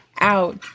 out